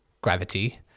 gravity